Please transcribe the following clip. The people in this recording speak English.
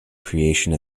creation